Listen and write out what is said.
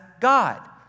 God